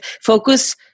focus